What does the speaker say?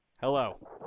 Hello